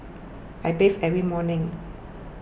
I bathe every morning